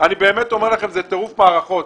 אני באמת אומר לכם שזה טירוף מערכות.